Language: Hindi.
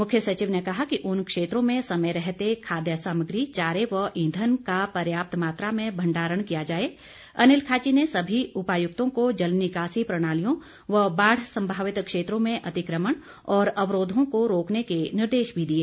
मुख्य सचिव ने कहा कि उन क्षेत्रों में समय रहते पर्याप्त मात्रा में खाद्य सामग्री चारे व ईंधन का पर्याप्त मात्रा में भण्डारण किया जाए अनिल खाची ने सभी उपायुक्तों को जल निकासी प्रणालियों व बाढ़ संभावित क्षेत्रों में अतिक्रमण और अवरोधों को रोकने के निर्देश भी दिए